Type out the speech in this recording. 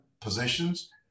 positions